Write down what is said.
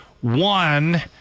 One